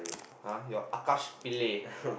!huh! you are Akash-Pillay